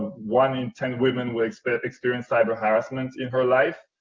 one in ten women will experience experience cyber-harassment in her life,